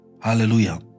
Hallelujah